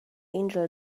angel